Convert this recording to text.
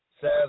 says